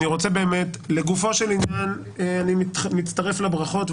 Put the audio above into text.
לגופו של עניין אני מצטרף לברכות,